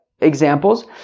examples